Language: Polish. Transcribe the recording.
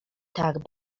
tak